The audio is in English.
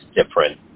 different